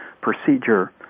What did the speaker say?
procedure